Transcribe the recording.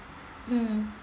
mm